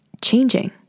changing